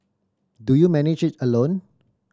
do you manage it alone